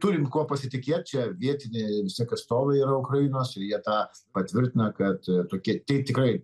turim kuo pasitikėt čia vietiniai vis tiek atstovai yra ukrainos ir jie tą patvirtina kad tokie tai tikrai